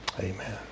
Amen